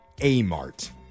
A-Mart